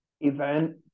event